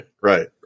right